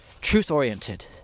Truth-oriented